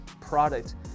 product